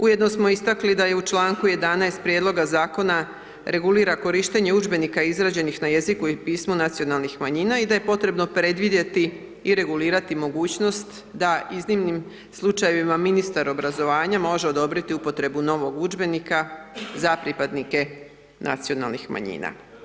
Ujedno smo istakli da je u članku 11., Prijedloga Zakona regulira korištenje udžbenika izrađenih na jeziku i pismu nacionalnih manjina, i da je potrebno predvidjeti i regulirati mogućnost da iznimnim slučajevima ministar obrazovanja može odobriti upotrebu novog udžbenika za pripadnike nacionalnih manjina.